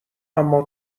اما